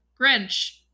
Grinch